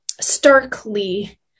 starkly